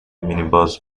minibus